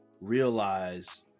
realize